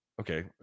Okay